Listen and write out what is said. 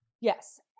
Yes